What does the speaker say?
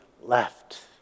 left